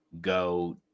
go